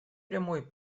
прямой